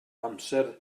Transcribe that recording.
amser